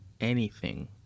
anything